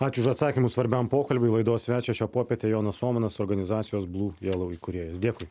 ačiū už atsakymus svarbiam pokalbiui laidos svečias šią popietę jonas omanas organizacijos blū jelau įkūrėjas dėkui